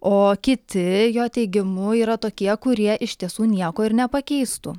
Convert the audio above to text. o kiti jo teigimu yra tokie kurie iš tiesų nieko ir nepakeistų